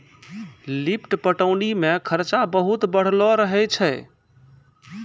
lift पटौनी मे खरचा बहुत बढ़लो रहै छै